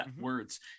words